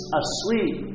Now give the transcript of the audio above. asleep